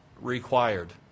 required